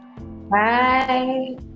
Bye